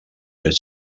les